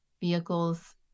vehicles